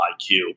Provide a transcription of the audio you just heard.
IQ